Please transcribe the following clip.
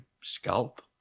scalp